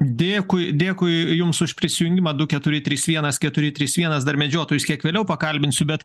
dėkui dėkui jums už prisijungimą du keturi trys vienas keturi trys vienas dar medžiotojus kiek vėliau pakalbinsiu bet